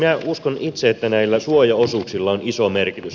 minä uskon itse että näillä suojaosuuksilla on iso merkitys